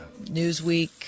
Newsweek